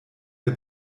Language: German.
der